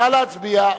נא להצביע.